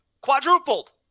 Quadrupled